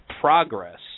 progress